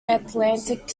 atlantic